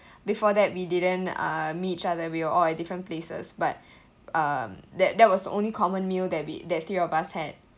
before that we didn't uh meet each other we were all at different places but um that that was the only common meal that we that three of us had